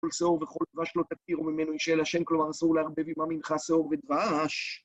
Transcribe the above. "כל שאור וכל דבש לא תקטירו ממנו אישה להשם", כלומר, אסור לערבב עם המנחה, שאור ודבש.